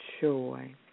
joy